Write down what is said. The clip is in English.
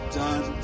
done